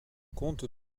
comte